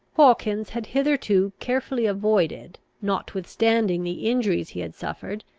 hawkins had hitherto carefully avoided, notwithstanding the injuries he had suffered,